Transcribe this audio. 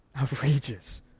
outrageous